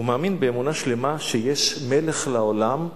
הוא מאמין באמונה שלמה שיש מלך לעולם,